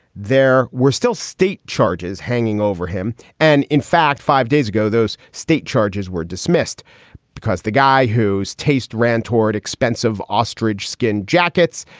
there were still state charges hanging over him. and in fact, five days ago, those state charges were dismissed because the guy whose taste ran toward expensive ostrich skin jackets,